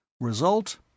Result